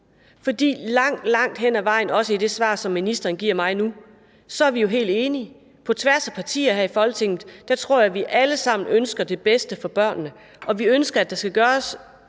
For langt, langt hen ad vejen, også i det svar, som ministeren nu giver mig her, er vi helt enige. På tværs af partier her i Folketinget tror jeg, at vi alle sammen ønsker det bedste for børnene: Vi ønsker, at der skal gøres